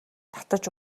татаж